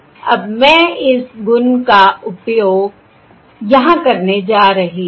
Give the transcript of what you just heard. और अब मैं इस गुण का उपयोग यहां करने जा रही हूं